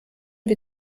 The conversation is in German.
wir